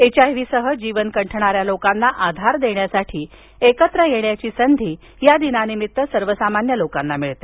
HIV सह जीवन कंठणाऱ्या लोकांना आधार देण्याकरिता एकत्र येण्याची संधी या दिनानिमित्त सर्वसामान्य लोकांना असते